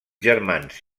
germans